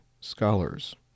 scholars